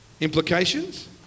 Implications